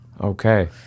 Okay